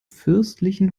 fürstlichen